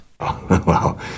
Wow